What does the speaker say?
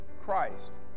Christ